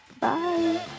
Bye